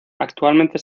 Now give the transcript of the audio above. actualmente